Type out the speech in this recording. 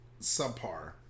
subpar